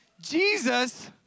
Jesus